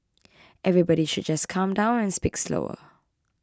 everybody should just calm down and speak slower